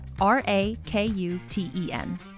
R-A-K-U-T-E-N